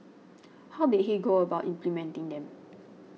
how did he go about implementing them